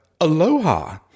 Aloha